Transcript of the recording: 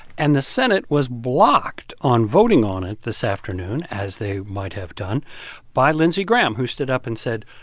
and the senate was blocked on voting on it this afternoon as they might have done by lindsey graham, graham, who stood up and said,